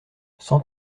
cent